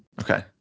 Okay